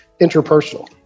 interpersonal